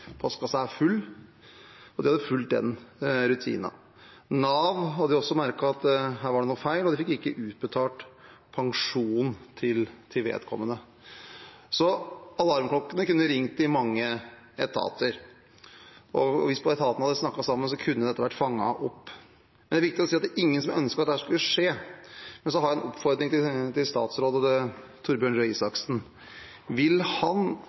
full, og de hadde fulgt den rutinen. Nav hadde også merket at her var det noe feil, og de fikk ikke utbetalt pensjonen til vedkommende. Så alarmklokkene kunne ringt i mange etater. Hvis bare etatene hadde snakket sammen, kunne dette vært fanget opp. Det er viktig å si at det er ingen som ønsker at dette skulle skje. Men jeg har en oppfordring til statsråd Torbjørn Røe Isaksen: Vil han